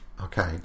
Okay